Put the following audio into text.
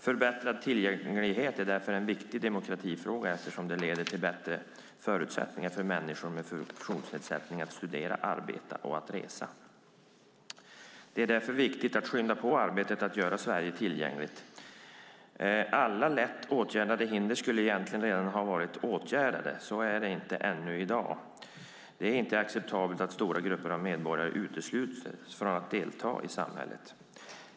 Förbättrad tillgänglighet är därför en viktig demokratifråga eftersom det leder till bättre förutsättningar för människor med funktionsnedsättningar att studera, arbeta och resa. Det är därför viktigt att skynda på arbetet att göra Sverige tillgängligt. Alla lätt åtgärdade hinder skulle egentligen redan ha varit åtgärdade. Så är det ännu inte. Det är inte acceptabelt att stora grupper av medborgare utesluts från att delta i samhället.